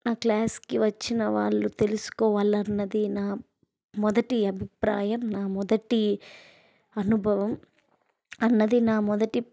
ఆ క్లాస్కి వచ్చినవాళ్లు తెలుసుకోవాలి అన్నది నా మొదటి అభిప్రాయం నా మొదటి అనుభవం అన్నది నా మొదటి